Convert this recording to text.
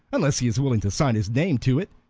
unless he is willing to sign his name to it,